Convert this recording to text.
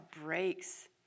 breaks